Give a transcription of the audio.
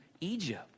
Egypt